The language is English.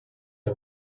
are